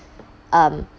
um